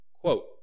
Quote